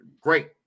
great